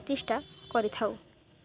ପ୍ରତିଷ୍ଠା କରିଥାଉ